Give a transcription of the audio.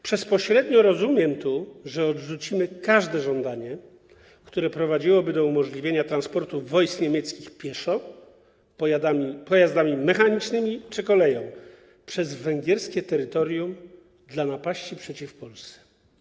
Przez 'pośrednio' rozumiem tu, że odrzucimy każde żądanie, które prowadziłoby do umożliwienia transportu wojsk niemieckich pieszo, pojazdami mechanicznymi czy koleją przez węgierskie terytorium dla napaści przeciw Polsce”